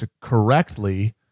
correctly